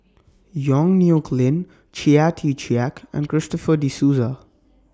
Yong Nyuk Lin Chia Tee Chiak and Christopher De Souza